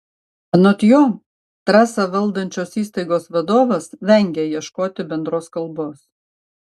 anot jo trasą valdančios įstaigos vadovas vengia ieškoti bendros kalbos